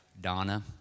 Donna